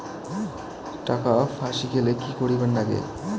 টাকা ফাঁসি গেলে কি করিবার লাগে?